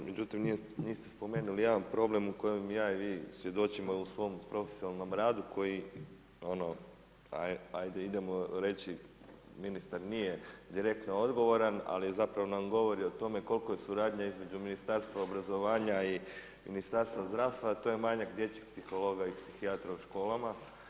Međutim, niste spomenuli jedan problem u kojem ja i vi svjedočimo u svom profesionalnom radu koji ono, ajde idemo reći, ministar nije direktno odgovoran, ali zapravo nam govori o tome koliko je suradnja između Ministarstva obrazovanja i Ministarstva zdravstva, to je manjak dječjih psihologa i psihijatara u školama.